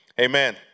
Amen